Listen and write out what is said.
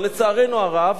אבל לצערנו הרב,